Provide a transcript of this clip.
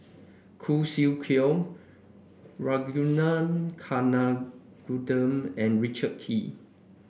Khoo Swee Chiow Ragunathar Kanagasuntheram and Richard Kee